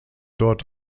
dort